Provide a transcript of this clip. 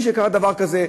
משקרה דבר כזה,